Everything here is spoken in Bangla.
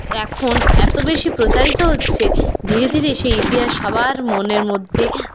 এখন এতো বেশি প্রচারিত হচ্ছে ধীরে ধীরে সেই ইতিহাস সবার মনের মধ্যে